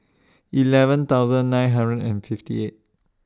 eleven thousand nine hundred and fifty eight